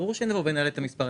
ברור שנבוא ונעלה את המספרים.